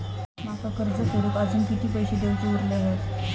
माका कर्ज फेडूक आजुन किती पैशे देऊचे उरले हत?